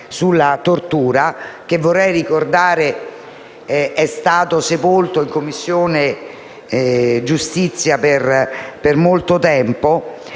sulla tortura che, vorrei ricordare, è stato sepolto in Commissione giustizia per molto tempo,